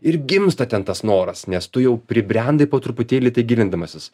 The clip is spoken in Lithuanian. ir gimsta ten tas noras nes tu jau pribrendai po truputėlį į tai gilindamasis